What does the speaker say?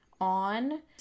on